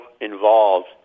involved